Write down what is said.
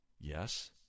Yes